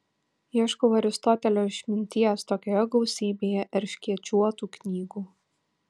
ieškau aristotelio išminties tokioje gausybėje erškėčiuotų knygų